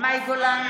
מאי גולן,